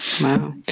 Wow